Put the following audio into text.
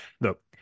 Look